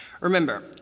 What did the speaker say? Remember